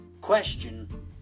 question